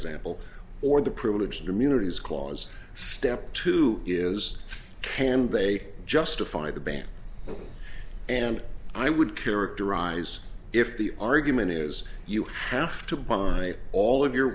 example or the privilege communities clause step two is can they justify the ban and i would characterize if the argument is you have to buy all of your